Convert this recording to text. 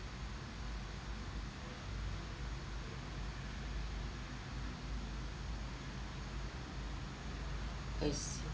I see